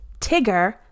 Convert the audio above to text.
Tigger